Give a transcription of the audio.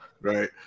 right